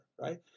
right